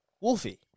Wolfie